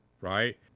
right